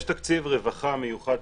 יש תקציב רווחה מיוחד,